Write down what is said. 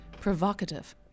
provocative